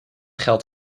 geldt